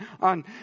on